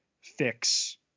fix